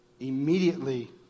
immediately